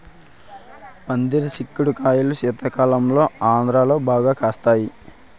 పందిరి సిక్కుడు కాయలు శీతాకాలంలో ఆంధ్రాలో బాగా కాస్తాయి